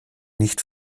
nicht